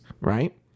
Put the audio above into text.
Right